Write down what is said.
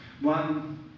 One